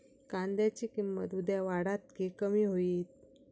कांद्याची किंमत उद्या वाढात की कमी होईत?